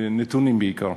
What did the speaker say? נתונים, בעיקר.